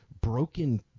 broken